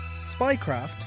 Spycraft